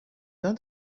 done